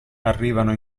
arrivano